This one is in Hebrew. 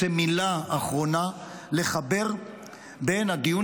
אני רוצה במילה אחרונה לחבר בין הדיון